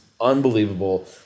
unbelievable